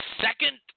second